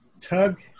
Tug